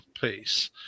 peace